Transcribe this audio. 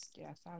Yes